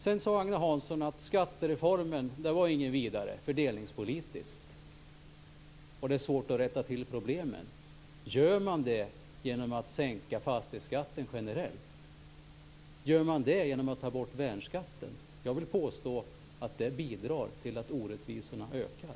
Sedan sade Agne Hansson att skattereformen inte var något vidare fördelningspolitiskt och att det är svårt att rätta till problemen. Gör man det genom att sänka fastighetsskatten generellt? Gör man det genom att ta bort värnskatten? Jag vill påstå att det bidrar till att orättvisorna ökar.